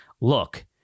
look